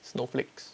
snowflakes